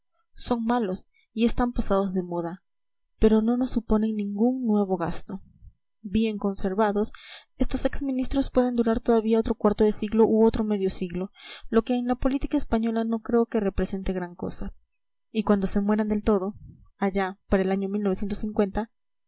son malos y están pasados de moda pero no nos suponen ningún nuevo gasto bien conservados estos ex ministros pueden durar todavía otro cuarto de siglo u otro medio siglo lo que en la política española no creo que represente gran cosa y cuando se mueran del todo allá para el año